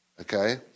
Okay